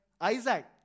Isaac